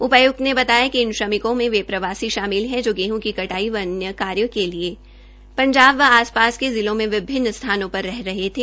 उपायुक्त ने बताया कि इन श्रमिकों में वे प्रवासी शामिल है जो गेहूं की क्टाई व अन्य कार्य के लिए पंजाब व आसपास के जिलों में विभिन्न स्थानों पर रह रहे थे